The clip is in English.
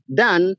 dan